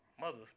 mother